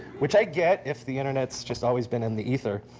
which i get if the internet's just always been in the ether.